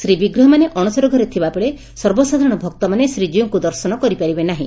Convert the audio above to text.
ଶ୍ରୀବିଗ୍ରହମାନେ ଅଣସର ଘରେ ଥିବା ବେଳେ ସର୍ବସାଧାରଣ ଭକ୍ତମାନେ ଶ୍ରୀକୀଉଙ୍କୁ ଦର୍ଶନ କରିପାରିବେ ନାହି